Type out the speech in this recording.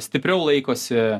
stipriau laikosi